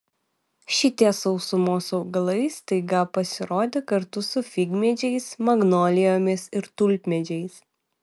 šitie sausumos augalai staiga pasirodė kartu su figmedžiais magnolijomis ir tulpmedžiais